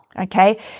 okay